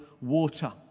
water